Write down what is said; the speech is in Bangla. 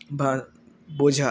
বা বোঝা